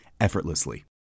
effortlessly